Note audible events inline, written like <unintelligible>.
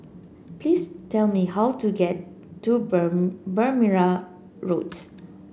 please tell me how to get to <unintelligible> Berrima Road